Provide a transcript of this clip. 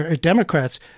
Democrats